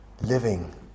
living